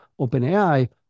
OpenAI